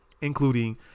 including